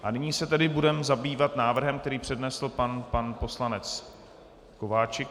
A nyní se tedy budeme zabývat návrhem, který přednesl pan poslanec Kováčik.